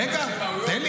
מה, אתה רוצה מהויות?